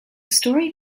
story